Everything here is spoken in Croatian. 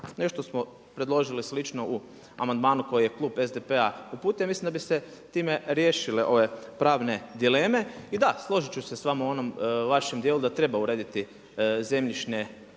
Nešto smo predložili slično u amandmanu koje je klub SDP-a uputio, ja mislim da bi se time riješile ove pravne dileme i da, složit ću se s vama u onom vašem dijelu da treba urediti zemljišne